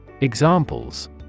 Examples